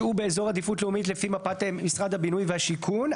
שהוא באזור עדיפות לאומית לפי משרד הבינוי והשיכון.